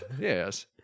Yes